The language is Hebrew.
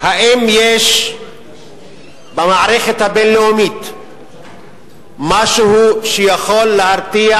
האם יש במערכת הבין-לאומית משהו שיכול להרתיע